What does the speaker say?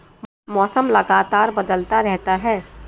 मौसम लगातार बदलता रहता है